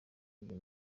ibyo